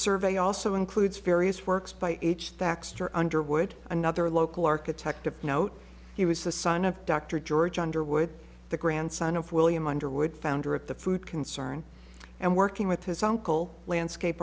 survey also includes various works by each taxed or underwood another local architect of note he was the son of dr george underwood the grandson of william underwood founder of the food concern and working with his uncle landscape